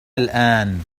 الآن